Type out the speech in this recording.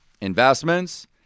investments